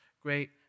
great